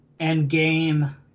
Endgame